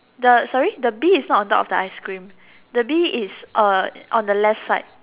the sorry the bee is not on top of the ice cream the bee is on on the left side